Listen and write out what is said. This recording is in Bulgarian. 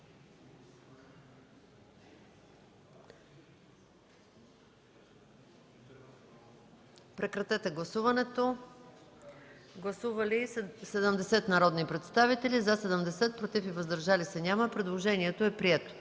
30. Моля, гласувайте. Гласували 67 народни представители: за 67, против и въздържали се няма. Предложението е прието.